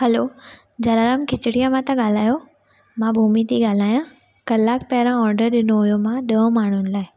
हलो जराराम खिचड़ीअ मां था ॻाल्हायो मां भूमि थी ॻाल्हायां कलाकु पहिरों ऑडर ॾिनो हुयो मां ॾह माण्हुनि लाइ